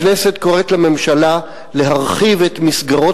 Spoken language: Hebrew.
הכנסת קוראת לממשלה להרחיב את מסגרות